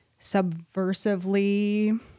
subversively